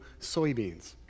soybeans